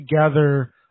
together